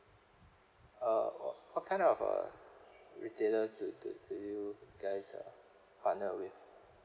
ah what kind of uh retailers do do you guys uh partner with